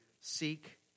seek